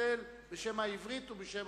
מתנצל בשם העברית ובשם